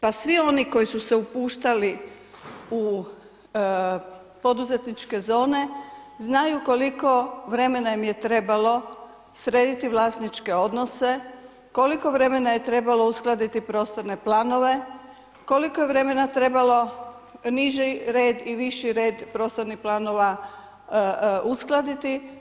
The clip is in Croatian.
Pa svi oni koji su se upuštali u poduzetničke zone znaju koliko im je vremena trebalo srediti vlasničke odnose, koliko vremena je trebalo uskladiti prostorne planove, koliko je vremena trebalo niži red i viši red prostornih planova uskladiti.